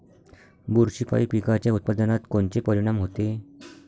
बुरशीपायी पिकाच्या उत्पादनात कोनचे परीनाम होते?